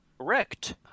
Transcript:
Correct